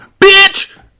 Bitch